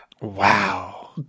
Wow